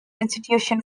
institution